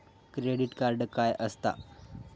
Credit card काय असता?